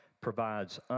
provides